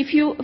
I fjor